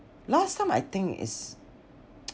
last time I think it's